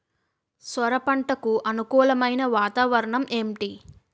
సొర పంటకు అనుకూలమైన వాతావరణం ఏంటి?